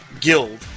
guild